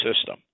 system